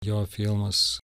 jo filmas